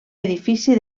edifici